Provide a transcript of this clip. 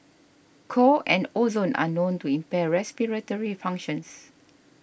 co and ozone are known to impair respiratory functions